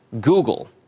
Google